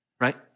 Right